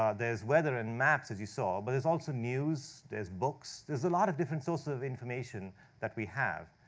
um there's weather and maps, as you saw. but there's also news, there's books, there's a lot of different sources of information that we have.